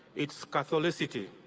it's catholicity.